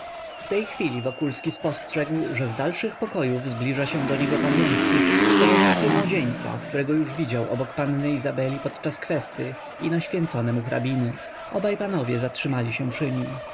w tej chwili wokulski spostrzegł że z dalszych pokojów zbliża się do niego pan łęcki w towarzystwie młodzieńca którego już widział obok panny izabeli podczas kwesty i na święconem u hrabiny obaj panowie zatrzymali się przy nim